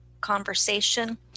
conversation